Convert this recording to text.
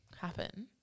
happen